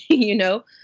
you know?